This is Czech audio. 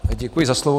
Děkuji za slovo.